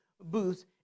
Booths